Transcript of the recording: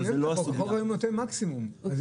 אבל אם אתה לא נותן מקסימום אז